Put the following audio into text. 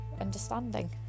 understanding